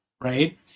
right